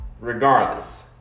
Regardless